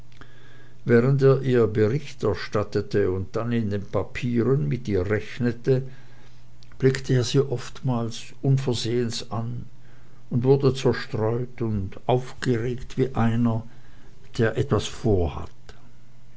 während er ihr bericht erstattete und dann in den papieren mit ihr rechnete blickte er sie oftmals unversehens an und wurde zerstreut und aufgeregt wie einer der etwas vorhat